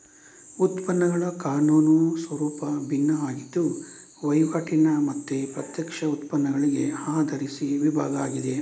ಉತ್ಪನ್ನಗಳ ಕಾನೂನು ಸ್ವರೂಪ ಭಿನ್ನ ಆಗಿದ್ದು ವೈವಾಟಿನ ಮತ್ತೆ ಪ್ರತ್ಯಕ್ಷ ಉತ್ಪನ್ನಗಳಿಗೆ ಆಧರಿಸಿ ವಿಭಾಗ ಆಗಿದೆ